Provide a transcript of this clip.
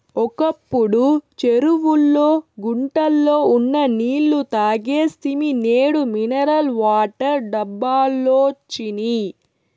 ఒకప్పుడు చెరువుల్లో గుంటల్లో ఉన్న నీళ్ళు తాగేస్తిమి నేడు మినరల్ వాటర్ డబ్బాలొచ్చినియ్